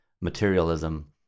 materialism